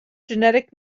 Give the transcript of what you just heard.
genetic